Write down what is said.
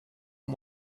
one